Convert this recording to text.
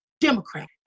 Democrat